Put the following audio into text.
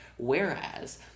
Whereas